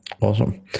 Awesome